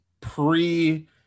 pre-